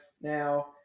Now